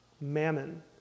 Mammon